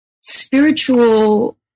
spiritual